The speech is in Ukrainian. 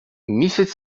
місяць